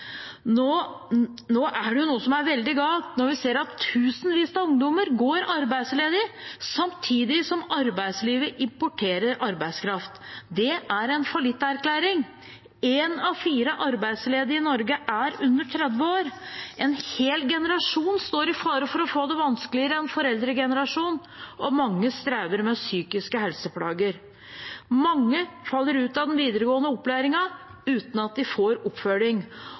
Nå er det noe som er veldig galt, når vi ser at tusenvis av ungdommer går arbeidsledige samtidig som arbeidslivet importerer arbeidskraft. Det er en fallitterklæring. En av fire arbeidsledige i Norge er under 30 år. En hel generasjon står i fare for å få det vanskeligere enn foreldregenerasjonen, og mange strever med psykiske helseplager. Mange faller ut av den videregående opplæringen uten at de får oppfølging,